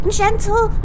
gentle